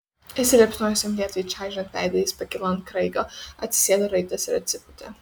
įsiliepsnojusiam lietui čaižant veidą jis pakilo ant kraigo atsisėdo raitas ir atsipūtė